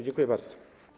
Dziękuję bardzo.